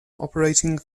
operating